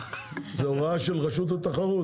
זו הוראה של רשות התחרות.